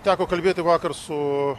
teko kalbėti vakar su